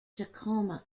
tacoma